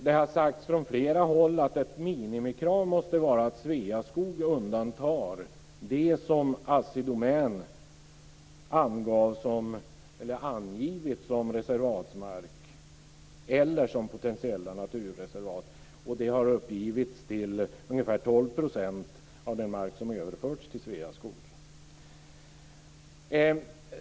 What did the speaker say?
Det har sagts från flera håll att ett minimikrav måste vara att Sveaskog undantar det som Assi Domän angett som reservatsmark eller som potentiella naturreservat. Det har uppgetts till ungefär 12 % av den mark som överförts till Sveaskog.